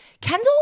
Kendall